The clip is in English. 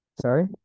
Sorry